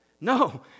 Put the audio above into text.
No